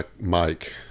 Mike